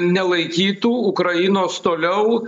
nelaikytų ukrainos toliau